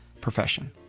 profession